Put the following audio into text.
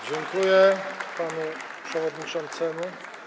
Dziękuję panu przewodniczącemu.